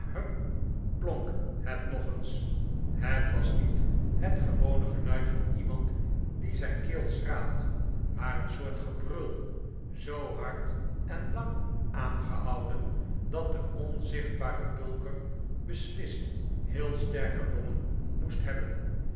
hm klonk het nog eens het was niet het gewone geluid van iemand die zijn keel schraapt maar een soort gebrul zoo hard en lang aangehouden dat de onzichtbare bulker beslist heel sterke longen moest hebben